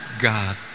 God